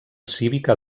cívica